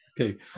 Okay